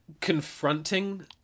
confronting